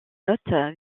notes